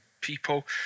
people